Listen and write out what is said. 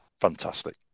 fantastic